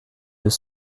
deux